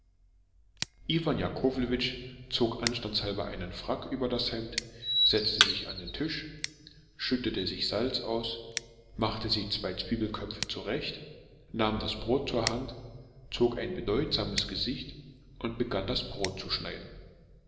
iwan jakowlewitsch zog anstandshalber einen frack über das hemd setzte sich an den tisch schüttete sich salz aus machte sich zwei zwiebelköpfe zurecht nahm das messer zur hand zog ein bedeutsames gesicht und begann das brot zu schneiden